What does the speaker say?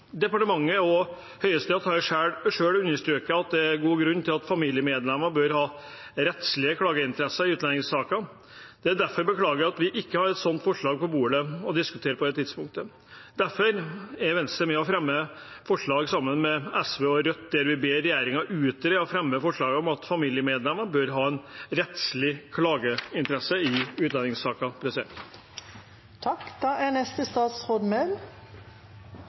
Departementet og Høyesterett har selv understreket at det er god grunn til at familiemedlemmer bør ha rettslige klageinteresser i utlendingssaker. Det er derfor beklagelig at vi ikke har et slikt forslag å diskutere på dette tidspunkt. Derfor fremmer Venstre et forslag sammen med SV og Rødt der vi ber regjeringen «utrede og fremme forslag om at familiemedlemmer bør ha rettslig klageinteresse i